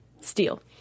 steel